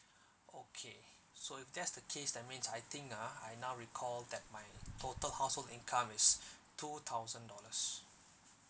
okay so if that's the case that means I think ah I now recall that my total household income is two thousand dollars